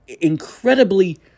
incredibly